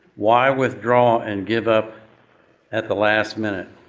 why withdraw and give up at the last minute?